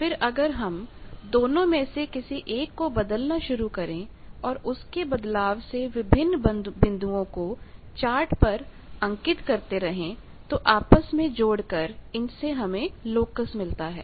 फिर अगर हम दोनों में से किसी एक को बदलना शुरू करें और उसके बदलाव से विभिन्न बिंदुओं को चार्ट पर अंकित करते रहे तो आपस में जोड़कर इनसे हमें लोकस मिलता है